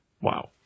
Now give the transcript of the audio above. Wow